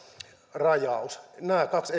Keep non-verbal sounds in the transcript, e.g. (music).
rajaus nämä kaksi (unintelligible)